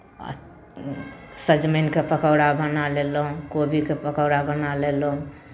सजमनिके पकौड़ा बना लेलहुँ कोबीके पकौड़ा बना लेलहुँ